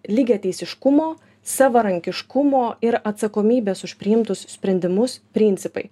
lygiateisiškumo savarankiškumo ir atsakomybės už priimtus sprendimus principai